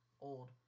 Old